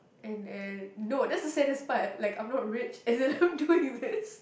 and and no that's the saddest part like I'm not rich as in how do is this